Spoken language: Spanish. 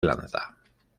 lanza